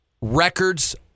records